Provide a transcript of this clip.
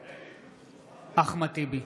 נגד אחמד טיבי,